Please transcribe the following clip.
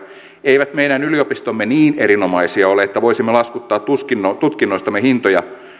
eivät meidän yliopistomme niin erinomaisia ole että voisimme laskuttaa tutkinnoistamme hintoja